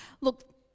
Look